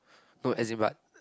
no as in but